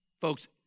Folks